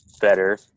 better